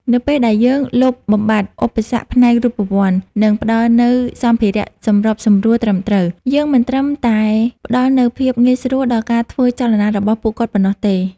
នៅពេលដែលយើងលុបបំបាត់ឧបសគ្គផ្នែករូបវន្ត និងផ្ដល់នូវសម្ភារៈសម្របសម្រួលត្រឹមត្រូវ យើងមិនត្រឹមតែផ្ដល់នូវភាពងាយស្រួលដល់ការធ្វើចលនារបស់ពួកគាត់ប៉ុណ្ណោះទេ។